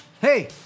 Hey